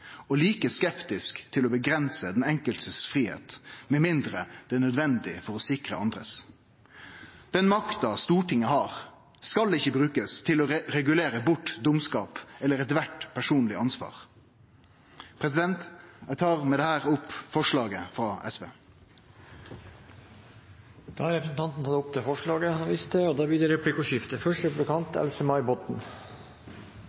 og like skeptisk til å setje grensar for den enkeltes fridom, med mindre det er nødvendig for å sikre andres. Den makta Stortinget har, skal ikkje brukast til å regulere bort dumskap eller eitkvart personleg ansvar. Eg tar med dette opp forslaget frå SV. Representanten Torgeir Knag Fylkesnes har tatt opp det forslaget han